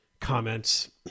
comments